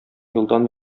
елдан